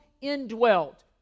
indwelt